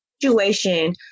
situation